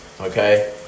okay